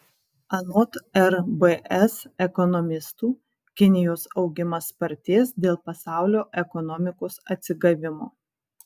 anot rbs ekonomistų kinijos augimas spartės dėl pasaulio ekonomikos atsigavimo